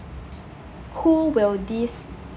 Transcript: who will these